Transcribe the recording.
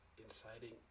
inciting